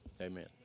Amen